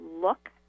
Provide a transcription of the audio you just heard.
look